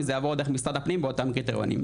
אם זה יעבור דרך משרד הפנים באותם קריטריונים,